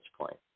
point